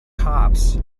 cops